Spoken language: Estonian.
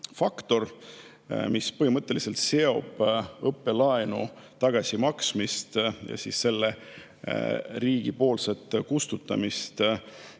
faktor, mis põhimõtteliselt seob õppelaenu tagasimaksmise ja selle riigipoolse kustutamise